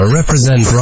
represent